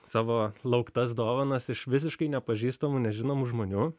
savo lauktas dovanas iš visiškai nepažįstamų nežinomų žmonių